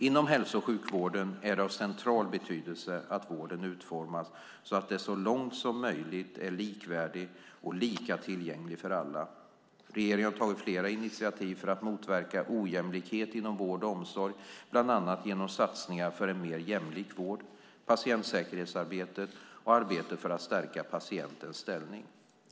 Inom hälso och sjukvården är det av central betydelse att vården är utformad så att den så långt som möjligt är likvärdig och lika tillgänglig för alla. Regeringen har tagit flera initiativ för att motverka ojämlikhet inom vård och omsorg, bland annat genom satsningar för en mer jämlik vård, patientsäkerhetsarbetet och arbetet för att stärka patientens ställning.